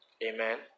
Amen